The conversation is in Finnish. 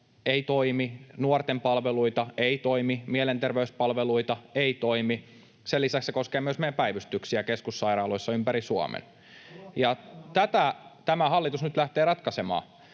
eivät toimi—, nuorten palveluita — eivät toimi — kuin mielenterveyspalveluita — eivät toimi. Sen lisäksi se koskee myös meidän päivystyksiä keskussairaaloissa ympäri Suomen. [Tuomas Kettusen